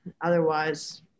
otherwise